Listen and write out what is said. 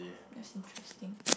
that's interesting